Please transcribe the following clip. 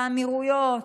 באמירויות,